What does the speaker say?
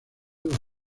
las